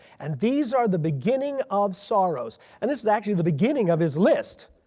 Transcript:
and these are the beginning of sorrows. and this is actually the beginning of his list.